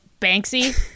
Banksy